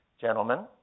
Gentlemen